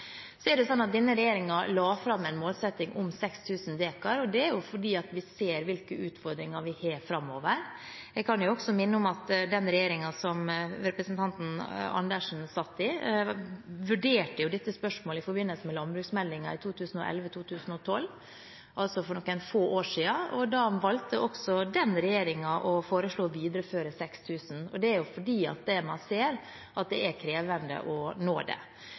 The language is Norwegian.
Så er det sånn at denne regjeringen la fram en målsetting om 6 000 dekar, og det er fordi vi ser hvilke utfordringer vi har framover. Jeg kan også minne om at den regjeringen som representanten Andersens parti satt i, vurderte dette spørsmålet i forbindelse med landbruksmeldingen i 2011–2012, altså for noen få år siden, og da valgte også den regjeringen å foreslå å videreføre 6 000 dekar, og det er jo fordi man ser at det er krevende å nå det.